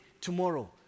tomorrow